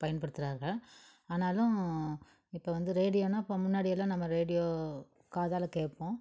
பயன்படுத்துறார்கள் ஆனாலும் இப்போ வந்து ரேடியோன்னா இப்போ முன்னாடியெல்லாம் நம்ம ரேடியோ காதால் கேட்போம்